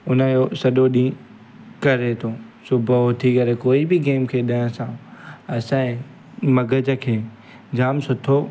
उन जो सॼो ॾींहुं करे थो सुबुह उथी करे कोई बि गेम खेॾण सां असांजे मग़ज़ खे जामु सुठो